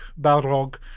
Balrog